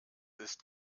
ist